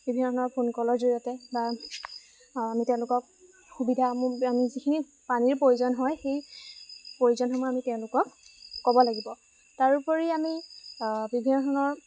বিভিন্ন ধৰণৰ ফোন কলৰ জৰিয়তে বা আমি তেওঁলোকক সুবিধাসমূহৰ বাবে আমি যিখিনি পানীৰ প্ৰয়োজন হয় সেই প্ৰয়োজনসমূহ আমি তেওঁলোকক ক'ব লাগিব তাৰোপৰি আমি বিভিন্ন ধৰণৰ